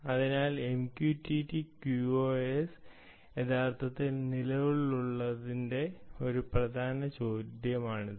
അതിനാൽ MQTT QoS യഥാർത്ഥത്തിൽ നിലവിലുണ്ടെന്നതിന്റെ ഒരു പ്രധാന ചോദ്യമാണിത്